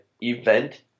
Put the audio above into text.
event